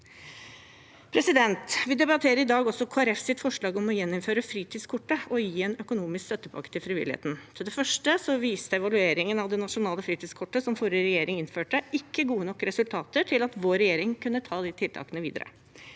Vi debatterer i dag også Kristelig Folkeparti sitt forslag om å gjeninnføre fritidskortet og gi en økonomisk støttepakke til frivilligheten. For det første viste evalueringen av det nasjonale fritidskortet, som forrige regjering innførte, ikke gode nok resultater til at vår regjering kunne ta de tiltakene videre.